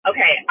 Okay